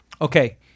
Okay